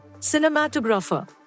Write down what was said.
cinematographer